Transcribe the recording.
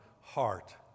heart